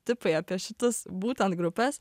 tipai apie šitus būtent grupes